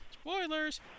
spoilers